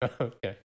Okay